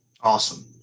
Awesome